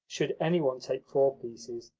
should any one take four pieces,